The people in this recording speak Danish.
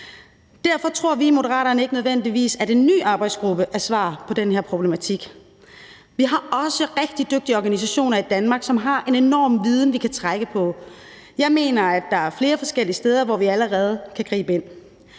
Derfor tror vi i Moderaterne ikke nødvendigvis, at en ny arbejdsgruppe er svar på den her problematik. Vi har også rigtig dygtige organisationer i Danmark, som har en enorm viden, vi kan trække på. Jeg mener, at der er flere forskellige steder, hvor vi allerede kan gribe ind.